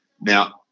Now